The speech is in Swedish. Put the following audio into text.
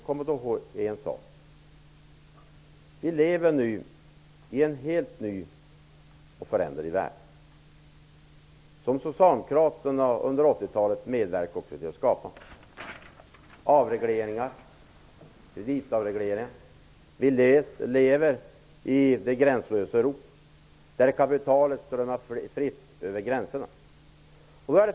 Kom ihåg en sak: Vi lever nu i en helt ny och föränderlig värld, som också socialdemokraterna medverkade till att skapa under 1980-talet. Vi har fått avregleringar och vi lever nu i det gränslösa Europa där kapitalet strömmar fritt över gränserna.